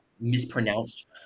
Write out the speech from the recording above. mispronounced